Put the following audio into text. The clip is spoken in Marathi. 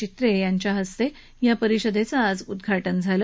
चित्रे यांच्या हस्ते या परिषदेचं आज उद्घाटन झालं